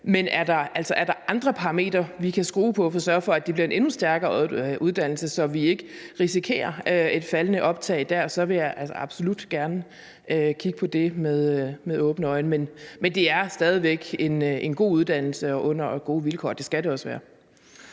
Men er der andre parametre, vi kan skrue på, for at sørge for, at det bliver en endnu stærkere uddannelse, så vi ikke risikerer et faldende optag der, så vil jeg altså absolut gerne kigge på det med åbne øjne. Men det er stadig væk en god uddannelse og under gode vilkår, og det skal det også være.